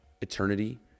eternity